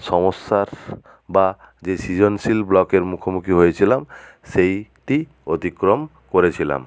সমস্যার বা যে সৃজনশীল ব্লকের মুখোমুখি হয়েছিলাম সেইটি অতিক্রম করেছিলাম